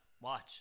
watch